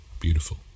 Beautiful